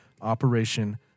Operation